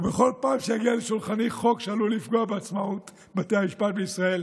ובכל פעם שיגיע לשולחני חוק שעלול לפגוע בעצמאות בתי המשפט בישראל,